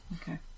Okay